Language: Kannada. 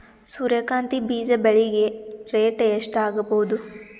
ಸೂರ್ಯ ಕಾಂತಿ ಬೀಜ ಬೆಳಿಗೆ ರೇಟ್ ಎಷ್ಟ ಆಗಬಹುದು?